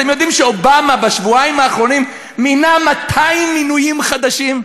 אתם יודעים שאובמה בשבועיים האחרונים מינה 200 מינויים חדשים?